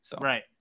Right